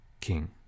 king